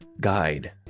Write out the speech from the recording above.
guide